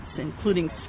including